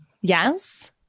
Yes